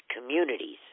communities